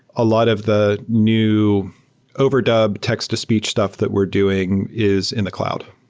a lot of the new overdub text-to-speech stuff that we're doing is in the cloud